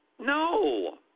No